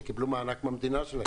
שקיבלו מענק מהמדינה שלהם?